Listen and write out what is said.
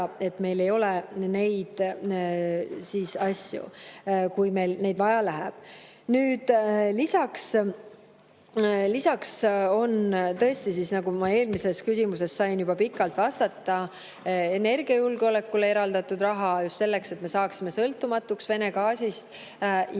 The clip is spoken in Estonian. et meil ei ole neid asju, kui meil neid vaja läheb. Lisaks on tõesti, nagu ma eelmises küsimuses sain juba pikalt vastata, energiajulgeolekule eraldatud raha, selleks et me saaksime sõltumatuks Vene gaasist ja